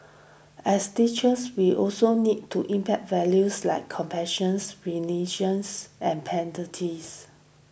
as teachers we also need to impart values like compassion and